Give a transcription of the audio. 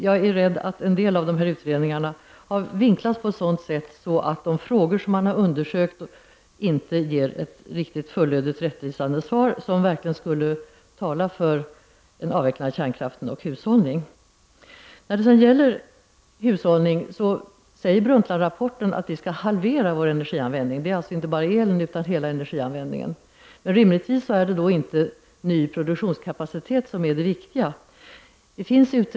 Jag är rädd för att en del av de utredningar som har genomförts har vinklats på ett sådant sätt att man inte fått ett fullt rättvisande svar på de frågor som har undersökts, svar som verkligen skulle tala för en avveckling av kärnkraften och hushållning. När det sedan gäller hushållning sägs det i Brundtlandrapporten att vi skall halvera vår energianvändning. Det gäller alltså inte enbart el, utan hela energianvändningen. Det är då rimligtvis inte ny produktionskapacitet som är det viktiga.